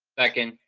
second.